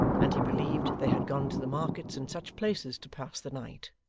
and he believed they had gone to the markets and such places to pass the night.